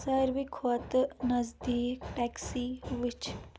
ساروٕے کھۄتہٕ نزدیک ٹیکسی ؤچھ